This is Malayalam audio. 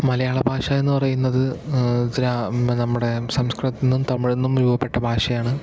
മലയാള ഭാഷ എന്ന് പറയുന്നത് നമ്മുടെ സംസ്കൃതത്തിൽ നിന്നും തമിഴിൽ നിന്നും രൂപപ്പെട്ട ഭാഷയാണ്